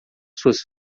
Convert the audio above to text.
suas